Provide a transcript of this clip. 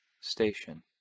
Station